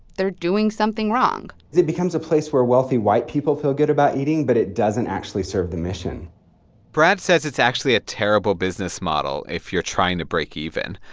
they're doing something wrong it becomes a place where wealthy white people feel good about eating, but it doesn't actually serve the mission brad says it's actually a terrible business model if you're trying to break even.